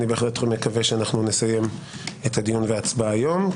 מקווה שנסיים את הדיון בהצבעה היום.